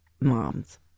moms